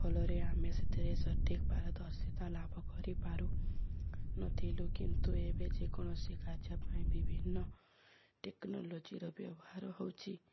ଫଲରେ ଆମେ ସେଥିରେ ସଠିକ୍ ପାରଦର୍ଶିତା ଲାଭ କରିପାରୁନଥିଲୁ କିନ୍ତୁ ଏବେ ଯେକୌଣସି କାର୍ଯ୍ୟ ପାଇଁ ବିଭିନ୍ନ ଟେକ୍ନୋଲୋଜିର ବ୍ୟବହାର ହେଉଛି